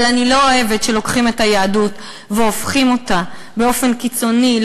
אבל אני לא אוהבת שלוקחים את היהדות והופכים אותה באופן קיצוני,